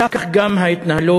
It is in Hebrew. כך גם ההתנהלות